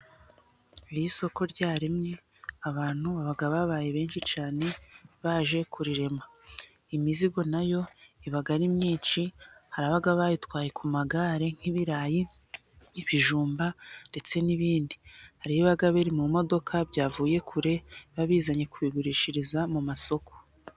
Iyo isoko ryaremye abantu baba babaye benshi cyane, baje kurirema imizigo nayo iba ari myinshi, haba abayitwaye ku magare nk'ibirayi, ibijumba ndetse n'ibindi hari ibiba biri mu modoka, byavuye kure babizanye kubigurishiriza mu masoko.